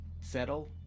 settle